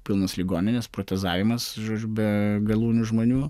pilnos ligoninės protezavimas be galūnių žmonių